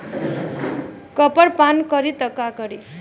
Copper पान करी त का करी?